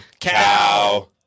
Cow